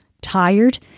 tired